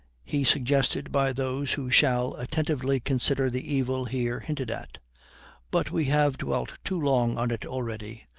he suggested by those who shall attentively consider the evil here hinted at but we have dwelt too long on it already,